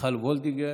מיכל וולדיגר,